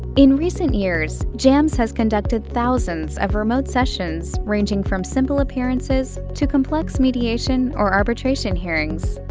in recent years, jams has conducted thousands of remote sessions, ranging from simple appearances to complex mediation or arbitration hearings.